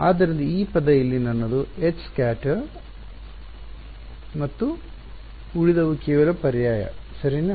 ಆದ್ದರಿಂದ ಈ ಪದ ಇಲ್ಲಿ ನನ್ನದು Hscat ಮತ್ತು ಉಳಿದವು ಕೇವಲ ಪರ್ಯಾಯ ಸರಿನಾ